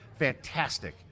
fantastic